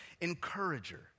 encourager